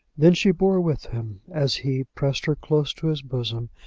then she bore with him, as he pressed her close to his bosom,